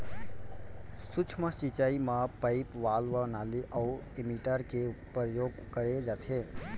सूक्ष्म सिंचई म पाइप, वाल्व, नाली अउ एमीटर के परयोग करे जाथे